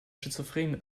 schizophren